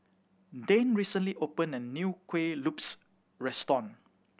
Dane recently opened a new Kuih Lopes restaurant